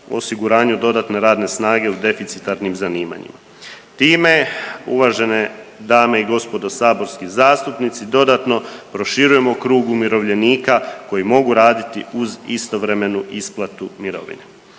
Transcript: osiguranju dodatne radne snage u deficitarnim zanimanjima. Time uvažene dame i gospodo saborski zastupnici dodatno proširujemo krug umirovljenika koji mogu raditi uz istovremenu isplatu mirovine.